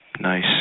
Nice